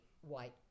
white